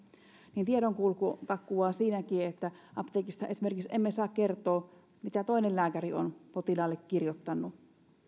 niin tiedonkulku takkuaa siinäkin apteekista esimerkiksi emme saa kertoa mitä toinen lääkäri on potilaalle kirjoittanut